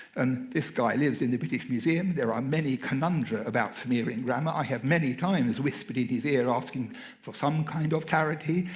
and this guy lives in the british museum. there are many conundrums about sumerian grammar. i have many times whispered in his ear asking for some kind of clarity,